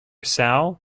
sal